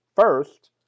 first